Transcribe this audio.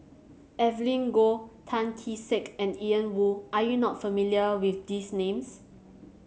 Evelyn Goh Tan Kee Sek and Ian Woo are you not familiar with these names